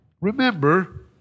remember